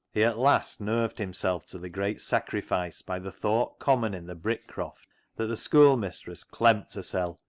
he at last nerved himself to the great sacrifice by the thought common in the brick-croft that the schoolmistress clemm't hersel',